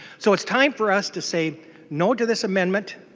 so it is time for us to say no to this amendment.